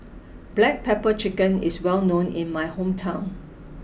Black Pepper Chicken is well known in my hometown